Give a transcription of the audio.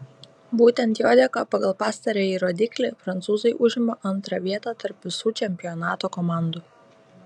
būtent jo dėka pagal pastarąjį rodiklį prancūzai užima antrą vietą tarp visų čempionato komandų